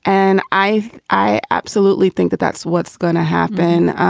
and i i absolutely think that that's what's going to happen.